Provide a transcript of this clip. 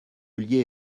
ollier